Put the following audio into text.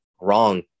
wrong